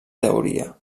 teoria